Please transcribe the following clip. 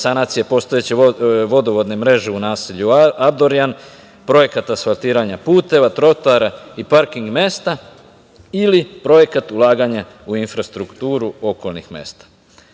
sanacije postojeće vodovodne mreže u naselju Abdorjan, projekat asfaltiranja puteva, trotoara i parking mesta ili projekat ulaganja u infrastrukturu okolnih mesta. Iznos